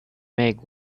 make